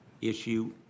issue